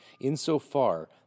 insofar